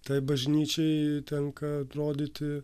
tai bažnyčiai tenka rodyti